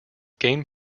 game